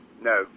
no